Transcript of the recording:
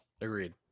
Agreed